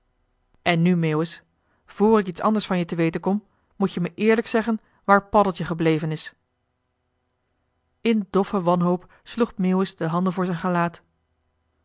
en nu meeuwis vr ik iets anders van je te weten kom moet je me eerlijk zeggen waar paddeltje gebleven is in doffe wanhoop sloeg meeuwis de handen voor zijn gelaat